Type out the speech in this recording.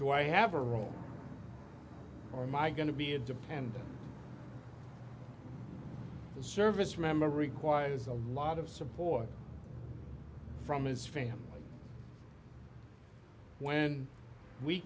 do i have a role or my going to be independent the service member requires a lot of support from his family when we